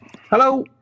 Hello